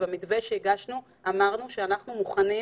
במתווה שהגשנו אמרנו שאנחנו מוכנים